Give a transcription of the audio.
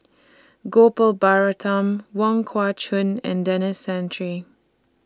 Gopal Baratham Wong Kah Chun and Denis Santry